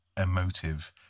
emotive